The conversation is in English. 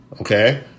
Okay